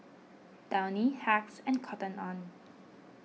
Downy Hacks and Cotton on